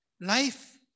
Life